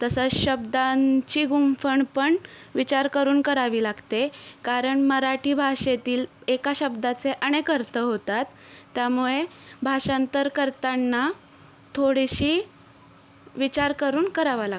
तसंच शब्दांची गुंफण पण विचार करून करावी लागते कारण मराठी भाषेतील एका शब्दाचे अनेक अर्थ होतात त्यामुळे भाषांतर करतांना थोडीशी विचार करून करावा लागतो